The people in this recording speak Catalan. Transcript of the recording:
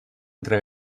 entre